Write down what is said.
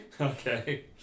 Okay